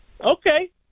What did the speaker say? Okay